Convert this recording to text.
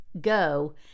go